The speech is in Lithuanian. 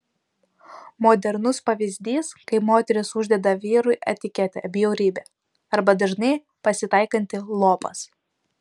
modernus pavyzdys kai moteris uždeda vyrui etiketę bjaurybė arba dažnai pasitaikantį lopas